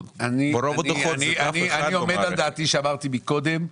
אני עומד על דעתי כפי שאמרתי קודם.